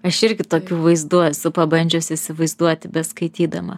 aš irgi tokių vaizdų esu pabandžius įsivaizduoti beskaitydama